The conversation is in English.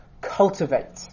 Cultivate